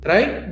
Right